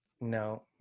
No